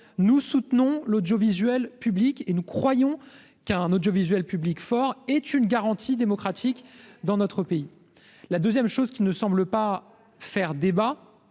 Nous soutenons l'audiovisuel public et nous croyons qu'un audiovisuel public fort est une garantie démocratique dans notre pays. L'autre élément qui ne semble pas faire débat